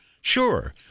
Sure